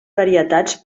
varietats